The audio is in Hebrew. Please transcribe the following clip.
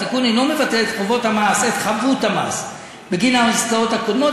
התיקון אינו מבטל את חבות המס בגין העסקאות הקודמות,